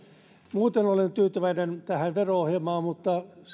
muuten olen tyytyväinen tähän vero ohjelmaan mutta